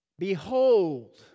Behold